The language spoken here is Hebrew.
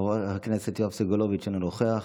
חבר הכנסת יואב סגלוביץ' אינו נוכח,